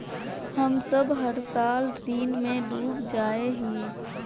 हम सब हर साल ऋण में डूब जाए हीये?